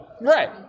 Right